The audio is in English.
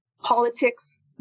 politics